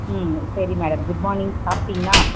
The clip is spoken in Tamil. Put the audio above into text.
ம் சரி மேடம் குட் மார்னிங் சாப்பிட்டீங்களா